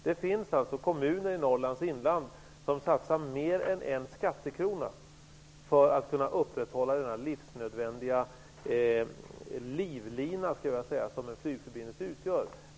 Det finns kommuner i Norrlands inland som satsar mer än en skattekrona för att kunna upprätthålla den livsnödvändiga livlina som en flygförbindelse utgör.